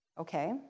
Okay